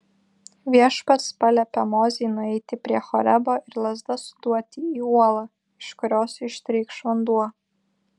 viešpats paliepė mozei nueiti prie horebo ir lazda suduoti į uolą iš kurios ištrykš vanduo